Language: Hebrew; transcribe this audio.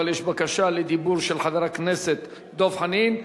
אבל יש בקשה לדיבור של חבר הכנסת דב חנין.